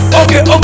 okay